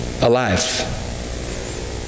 alive